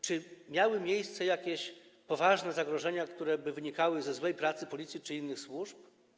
Czy miały miejsce jakieś poważne zagrożenia, które by wynikały ze złej pracy Policji czy innych służb?